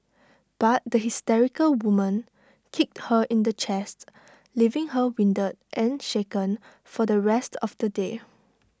but the hysterical woman kicked her in the chest leaving her winded and shaken for the rest of the day